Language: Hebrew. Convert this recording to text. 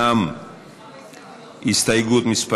גם הסתייגות מס'